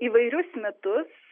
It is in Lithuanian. įvairius mitus